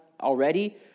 already